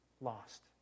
lost